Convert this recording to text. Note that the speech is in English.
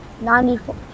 Ninety-four